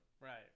right